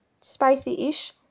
spicy-ish